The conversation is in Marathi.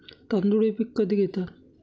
तांदूळ हे पीक कधी घेतात?